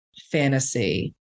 fantasy